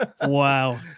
wow